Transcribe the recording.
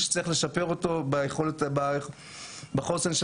שצריך לשפר אותו בחוסן של